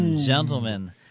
Gentlemen